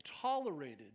tolerated